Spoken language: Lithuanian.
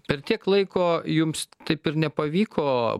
per tiek laiko jums taip ir nepavyko